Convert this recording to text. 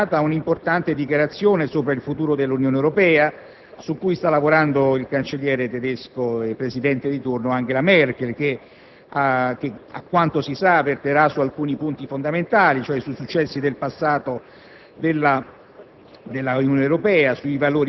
la nostra istituzione), sarà adottata un'importante Dichiarazione per il futuro dell'Unione Europea, su cui sta lavorando il cancelliere tedesco, nonché presidente di turno, Angela Merkel, che, a quanto si sa, verterà su alcuni punti fondamentali, cioè sui successi del passato